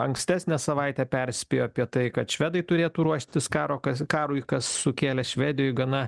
ankstesnę savaitę perspėjo apie tai kad švedai turėtų ruoštis karo kas karui kas sukėlė švedijoj gana